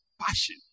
Passion